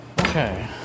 okay